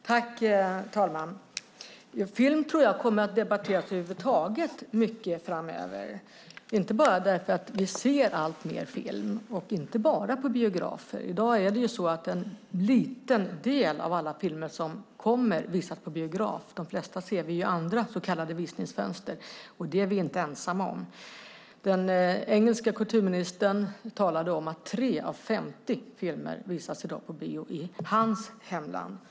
Herr talman! Film tror jag att vi kommer att debattera över huvud taget mycket framöver, inte bara därför att vi ser alltmer film och inte bara på biografer. I dag visas en liten del av alla filmer som kommer på biograf; de flesta ser vi i andra så kallade visningsfönster. Det är vi inte ensamma om. Den engelske kulturministern talade om att 3 av 50 filmer visas i dag på bio i hans hemland.